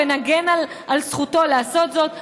ונגן על זכותו לעשות זאת.